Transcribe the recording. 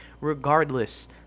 regardless